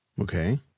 Okay